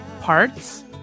parts